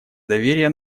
доверия